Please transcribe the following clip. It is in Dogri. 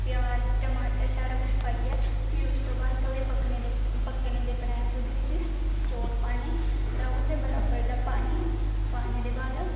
प्याय टमाटर सारा कुछ पाइयै फिर उसदे बाद थोडे़ पक्कने दे परैंत ओहदे बिच चौल पाने ते उंदे बारबर दा पानी पाने दे बाद